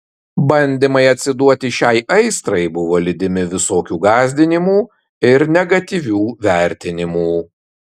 bandymai atsiduoti šiai aistrai buvo lydimi visokių gąsdinimų ir negatyvių vertinimų